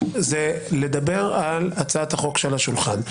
לדבר על הצעת החוק שעל השולחן.